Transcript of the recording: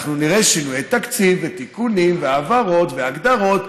שינוי תקציבי ותיקונים והעברות והגדרות.